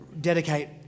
dedicate